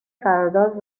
قرارداد